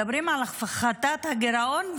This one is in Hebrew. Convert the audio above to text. מדברים על הפחתת הגירעון,